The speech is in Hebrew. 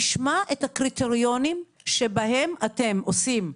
נשמע את הקריטריונים שבהם אתם עושים,